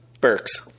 Burks